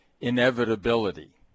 inevitability